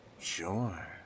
Sure